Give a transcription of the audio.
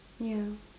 ya